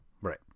Right